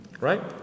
right